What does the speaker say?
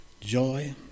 joy